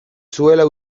zuela